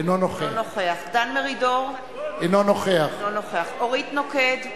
אינו נוכח דן מרידור, אינו נוכח אורית נוקד,